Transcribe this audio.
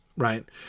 Right